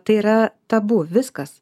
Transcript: tai yra tabu viskas